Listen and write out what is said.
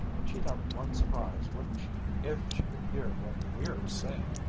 she'd have one surprise, wouldn't she, if she could hear what we're saying!